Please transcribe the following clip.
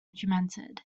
documented